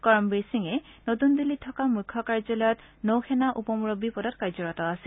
কৰমবীৰ সিঙে নতুন দিল্লীত থকা মুখ্য কাৰ্যলয়ত নৌ সেনা উপ মূৰববী পদত কাৰ্যৰত আছিল